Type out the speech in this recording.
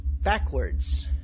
backwards